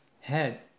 head